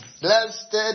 Blessed